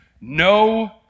no